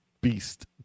beast